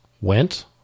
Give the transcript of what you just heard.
went